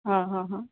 हा हा हा